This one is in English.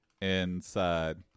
inside